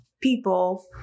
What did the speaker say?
people